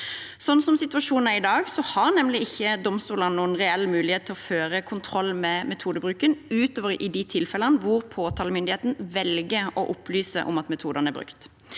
Slik situasjonen er i dag, har nemlig ikke domstolene noen reell mulighet til å føre kontroll med metodebruken utover i de tilfellene hvor påtalemyndigheten velger å opplyse om at metoden er brukt.